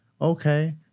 okay